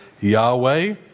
Yahweh